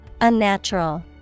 Unnatural